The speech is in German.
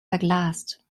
verglast